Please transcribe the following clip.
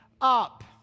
up